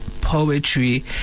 Poetry